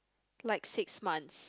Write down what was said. like six months